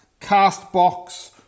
CastBox